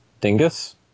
Dingus